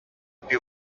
più